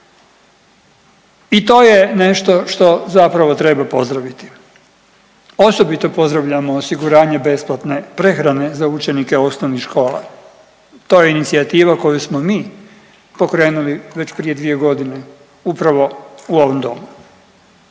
I to je nešto što zapravo treba pozdraviti. Osobito pozdravljamo osiguranje besplatne prehrane za učenike osnovnih škola. To je inicijativa koju smo mi pokrenuli već prije 2 godine upravo u ovom domu.